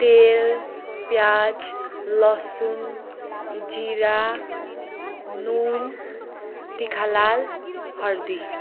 तेल प्याज लसुन जिरा नुन तिखालाल हर्दी